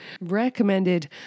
Recommended